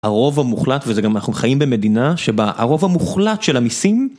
הרוב המוחלט וזה גם אנחנו חיים במדינה שבה הרוב המוחלט של המיסים